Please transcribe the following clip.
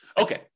Okay